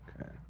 Okay